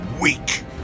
weak